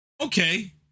Okay